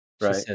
Right